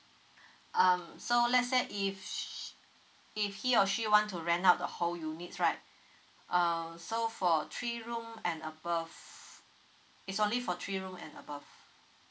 um so let's say if s~ s~ if he or she want to rent out the whole units right um so for three room and above it's only for three room and above